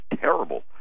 terrible